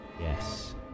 Yes